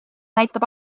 näitab